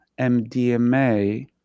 MDMA